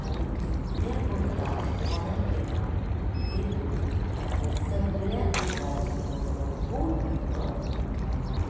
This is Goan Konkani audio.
हांवेन जितले कुर्ता ऑर्डर केला तेतूंत म्हाजे सगल्या कुर्ताचो कपडो हो खूब बरो आयला